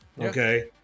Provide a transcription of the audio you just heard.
Okay